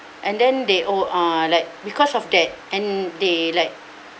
and then they all are like because of that and they like